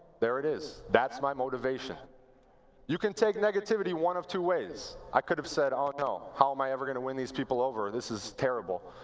there it is. that's my motivation you can take negativity one of two ways. i could have said, oh, no, how am i going win these people over? this is terrible.